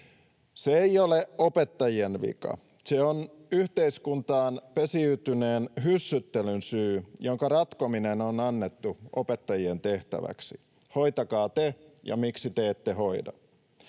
Se ei ole opettajien vika. Se on yhteiskuntaan pesiytyneen hyssyttelyn syy, ja sen ratkominen on annettu opettajien tehtäväksi: hoitakaa te, ja miksi te ette hoida?